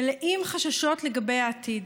ומלאים חששות לגבי העתיד.